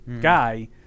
guy